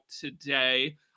today